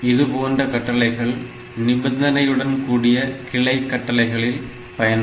இதுபோன்ற கட்டளைகள் நிபந்தனையுடன் கூடிய கிளை கட்டளைகளில் பயன்படும்